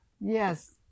Yes